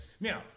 Now